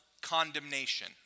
condemnation